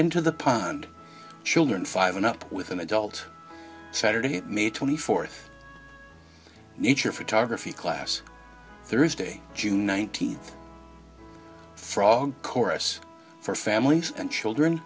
into the pond children five and up with an adult saturday may twenty fourth nature photography class thursday june nineteenth frog chorus for families and children